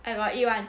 I got eat [one]